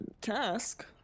task